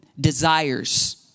desires